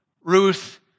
Ruth